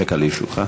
דקה לרשותך.